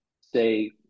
say